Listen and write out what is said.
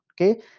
okay